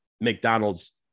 McDonald's